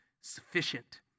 sufficient